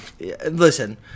Listen